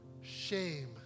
shame